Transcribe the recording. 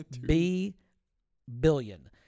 B-billion